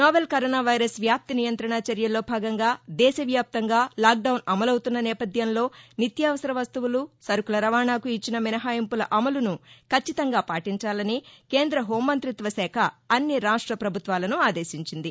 novel corona virus వ్యాప్తి నియంత్రణ చర్యల్లో భాగంగా దేశవ్యాప్తంగా లాక్డౌన్ అమలవుతున్న నేపథ్యంలో నిత్యావసర వస్తువులు సరుకుల రవాణాకు ఇచ్చిన మినహాయింపుల అమలును కచ్చితంగా పాటించాలని కేంద్ర హోంమంతిత్వ శాఖ అన్ని రాష్ట పభుత్వాలను ఆదేశించింది